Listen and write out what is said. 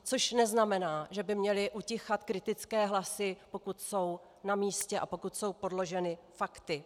Což neznamená, že by měly utichat kritické hlasy, pokud jsou namístě a pokud jsou podloženy fakty.